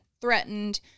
threatened